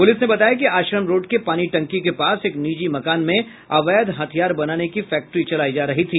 प्रलिस ने बताया कि आश्रम रोड के पानी टंकी के पास एक निजी मकान में अवैध हथियार बनाने की फैक्ट्री चलायी जा रही थी